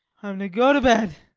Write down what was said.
i'm to go to bed,